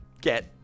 get